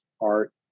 art